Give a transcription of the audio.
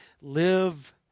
live